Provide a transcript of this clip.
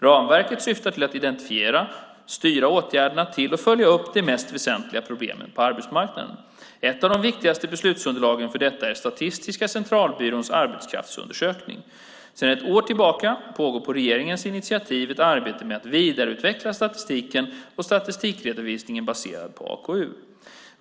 Ramverket syftar till att identifiera, styra åtgärderna till och följa upp de mest väsentliga problemen på arbetsmarknaden. Ett av de viktigaste beslutsunderlagen för detta är Statistiska centralbyråns arbetskraftsundersökning, AKU. Sedan ett år tillbaka pågår på regeringens initiativ ett arbete med att vidareutveckla statistiken och statistikredovisningen baserad på AKU.